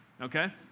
okay